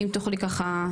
אם תוכלי ככה.